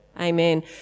Amen